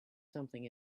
something